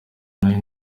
nayo